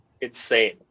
insane